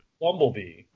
Bumblebee